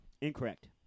Incorrect